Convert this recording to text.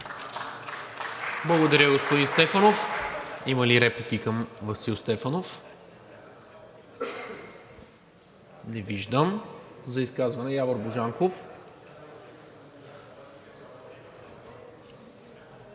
Благодаря, господин Стефанов. Има ли реплики към Васил Стефанов? Не виждам. За изказване – Явор Божанков. ЯВОР